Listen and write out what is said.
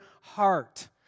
heart